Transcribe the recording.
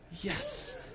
Yes